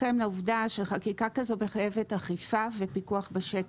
ליבכם לעובדה שחקיקה כזו מחייבת אכיפה ופיקוח בשטח.